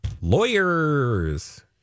Lawyers